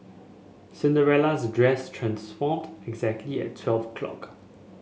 Cinderella's dress transformed exactly at twelve o'clock